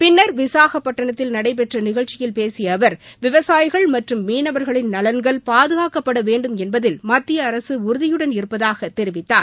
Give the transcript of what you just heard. பின்னர் விசாகப்பட்டினத்தில் நடைபெற்ற நிகழ்ச்சியில் பேசிய அவர் விவசாயிகள் மற்றும் மீனவர்களின் நலன்கள் பாதுகாக்கப்பட வேண்டும் என்பதில் மத்திய அரசு உறுதியுடன் இருப்பதாக தெரிவித்தார்